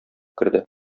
керде